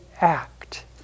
act